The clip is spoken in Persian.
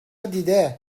دیده